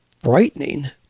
frightening